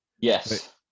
Yes